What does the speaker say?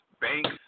Banks